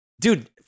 dude